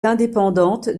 indépendante